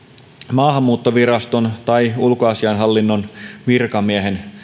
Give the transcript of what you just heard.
maahanmuuttoviraston tai ulkoasiainhallinnon virkamiehen